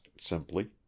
simply